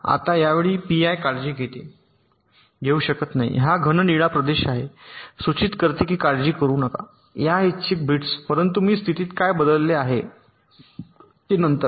आता या वेळी पीआय काळजी घेऊ शकत नाही हा घन निळा प्रदेश आहे सूचित करते की काळजी करू नका यादृच्छिक बिट्स परंतु मी स्थितीत काय बदलले आहे ते नंतर